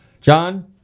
John